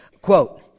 quote